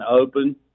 open